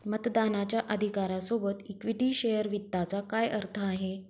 मतदानाच्या अधिकारा सोबत इक्विटी शेअर वित्ताचा काय अर्थ आहे?